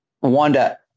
Wanda